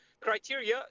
criteria